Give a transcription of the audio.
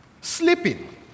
Sleeping